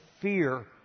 fear